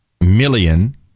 million